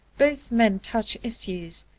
both men touch issues,